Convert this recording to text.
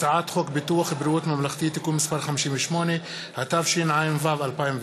הצעת חוק ביטוח בריאות ממלכתי (תיקון מס' 58),